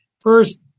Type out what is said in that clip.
first